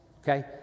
okay